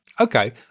okay